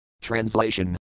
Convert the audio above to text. Translation